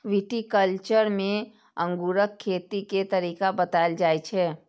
viticulture मे अंगूरक खेती के तरीका बताएल जाइ छै